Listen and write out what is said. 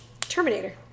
terminator